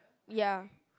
ya